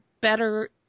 better